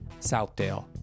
Southdale